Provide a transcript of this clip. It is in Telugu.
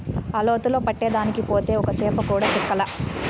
ఆ లోతులో పట్టేదానికి పోతే ఒక్క చేప కూడా చిక్కలా